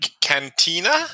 Cantina